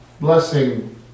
blessing